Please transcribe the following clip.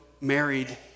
married